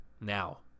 now